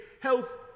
health